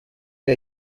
que